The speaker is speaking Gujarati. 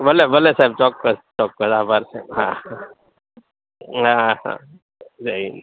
ભલે ભલે સાહેબ ચોક્કસ ચોક્કસ આભાર સાહેબ હા હા હા હા જય હિન્દ